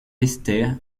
esther